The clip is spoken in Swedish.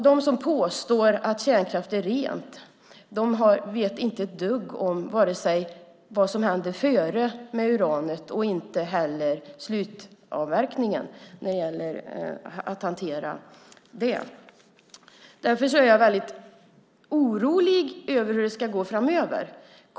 De som påstår att kärnkraften är ren vet inte ett dugg om vare sig vad som händer med uranet innan eller under sluthanteringen. Därför är jag väldigt orolig över hur det ska gå framöver.